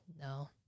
No